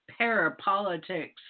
parapolitics